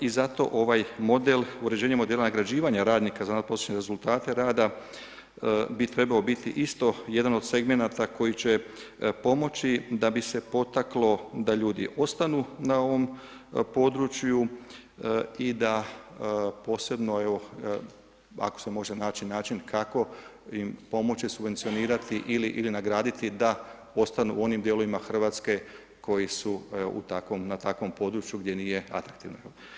I zato ovaj model urešenije modela nagrađivanja radnika za izvan prosječne rezultate rada bi trebao biti isto jedna od segmenata koji će pomoći da bi se potaklo da ljudi ostanu na ovom području, i da posebno, evo, ak se može naći način, kako im pomoći subvencionirati ili nagraditi, da ostanu u onim dijelovima Hrvatske, koji su na takvom području gdje nije atraktivno.